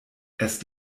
erst